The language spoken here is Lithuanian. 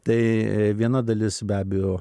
tai viena dalis be abejo